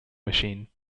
machine